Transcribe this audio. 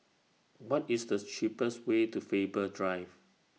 What IS The cheapest Way to Faber Drive